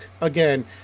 again